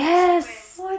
Yes